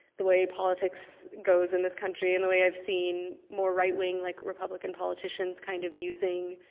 the way politics goes in this country. and the way i've seen more right-wing, like republican politicians kind of using,